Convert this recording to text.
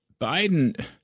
Biden